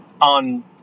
on